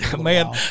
Man